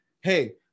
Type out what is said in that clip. hey